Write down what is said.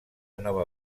nova